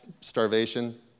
starvation